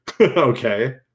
Okay